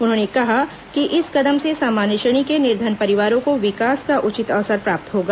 उन्होंने कहा कि इस कदम से सामान्य श्रेणी के निर्धन परिवारों को विकास का उचित अवसर प्राप्त होगा